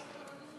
סעיף